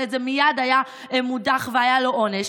את זה מייד היה מודח והיה ניתן לו עונש.